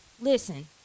Listen